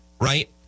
right